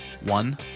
one